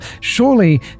surely